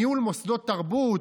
ניהול מוסדות תרבות.